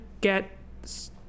get